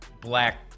black